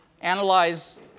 analyze